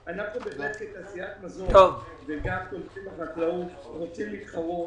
כתעשיית מזון וגם כעוסקים בחקלאות רוצים להתחרות,